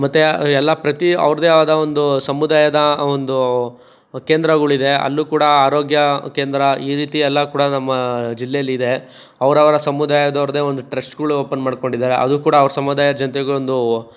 ಮತ್ತು ಎಲ್ಲ ಪ್ರತಿ ಅವ್ರದ್ದೇ ಆದ ಒಂದು ಸಮುದಾಯದ ಒಂದು ಕೇಂದ್ರಗಳಿದೆ ಅಲ್ಲೂ ಕೂಡ ಆರೋಗ್ಯ ಕೇಂದ್ರ ಈ ರೀತಿ ಎಲ್ಲ ಕೂಡ ನಮ್ಮ ಜಿಲ್ಲೇಲಿದೆ ಅವರವರ ಸಮುದಾಯದವ್ರದ್ದೇ ಒಂದು ಟ್ರಸ್ಟ್ಗಳು ಓಪನ್ ಮಾಡ್ಕೊಂಡಿದ್ದಾರೆ ಅದು ಕೂಡ ಅವರ ಸಮುದಾಯದ ಜನತೆಗೆ ಒಂದು